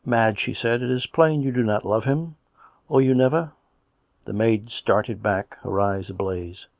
madge, she said, it is plain you do not love him or you never the maid started back, her eyes ablaze.